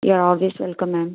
you are always welcome ma'am